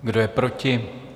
Kdo je proti?